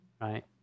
right